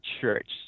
church